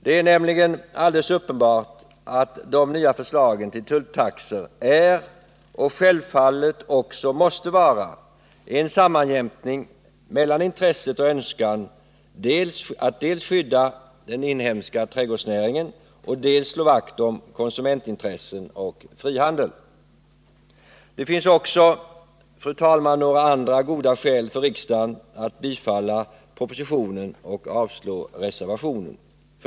Det är nämligen alldeles uppenbart att de nya förslagen till tulltaxor är — och självfallet också måste vara — en sammanjämkning mellan dels intresset att skydda den inhemska trädgårdsnäringen, dels önskan att slå vakt om konsumentintressen och frihandel. Det finns också några andra goda skäl för riksdagen att bifalla propositionen och avslå reservationen.